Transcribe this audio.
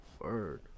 Word